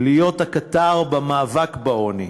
להיות הקטר במאבק בעוני.